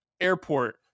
airport